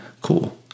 cool